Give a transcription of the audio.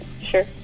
Sure